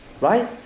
Right